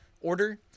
order